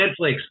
Netflix